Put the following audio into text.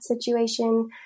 situation